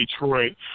Detroit